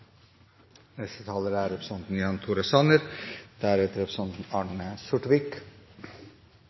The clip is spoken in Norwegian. neste taler er representanten Anne Marit Bjørnflaten. Representanten